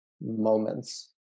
moments